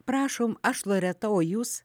prašom aš loreta o jūs